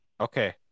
Okay